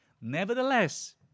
nevertheless